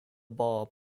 bar